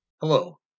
Hello